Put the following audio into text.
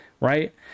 right